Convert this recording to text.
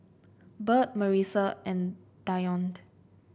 Bert Marisa and Dionte